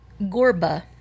Gorba